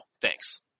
Thanks